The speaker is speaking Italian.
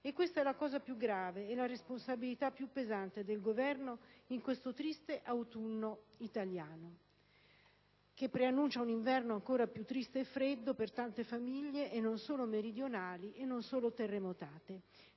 Questa è la cosa più grave e la responsabilità più pesante del Governo in questo triste autunno italiano, che preannuncia un inverno ancor più triste e freddo per tante famiglie, non solo meridionali e non solo terremotate.